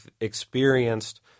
experienced